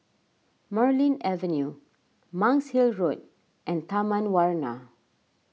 Marlene Avenue Monk's Hill Road and Taman Warna